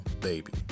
Baby